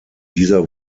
dieser